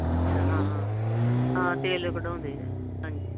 ਅੱਛਾ ਹਾਂ ਹਾਂ ਹਾਂ ਤੇਲ ਕਢਵਾਉਂਦੇ ਆ ਹਾਂਜੀ